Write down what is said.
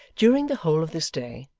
during the whole of this day,